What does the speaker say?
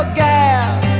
gas